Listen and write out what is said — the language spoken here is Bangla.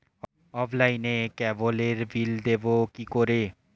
অফলাইনে ক্যাবলের বিল দেবো কি করে?